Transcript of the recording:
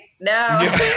No